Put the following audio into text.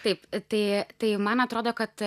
taip tai tai man atrodo kad